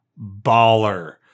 baller